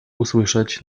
usłyszeć